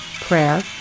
prayer